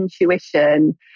intuition